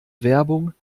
werbung